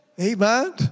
Amen